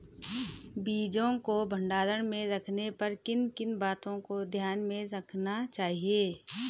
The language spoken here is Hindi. बीजों को भंडारण में रखने पर किन किन बातों को ध्यान में रखना चाहिए?